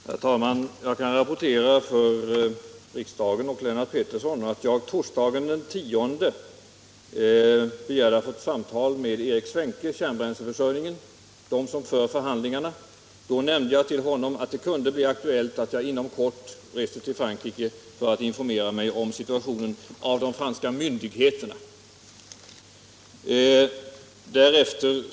om upparbetning av Herr talman! Jag kan rapportera till riksdagen och Lennart Pettersson använt kärnbränsle att jag torsdagen den 10 begärde att få ett samtal med Erik Svenke i Svenska Kärnbränsleförsörjning som för förhandlingarna. Då nämnde jag för honom att det kunde bli aktuellt att jag inom kort reste till Frankrike för att hos de franska myndigheterna informera mig om upparbetningssituationen.